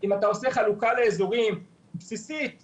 אם אתה עושה חלוקה בסיסית לאזורים,